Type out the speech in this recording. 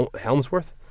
Helmsworth